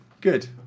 Good